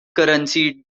currency